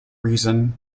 reason